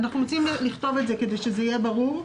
אנחנו רוצים לכתוב את זה כדי שזה יהיה ברור.